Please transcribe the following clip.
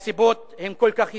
והסיבות הן כל כך ידועות.